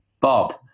Bob